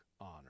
honor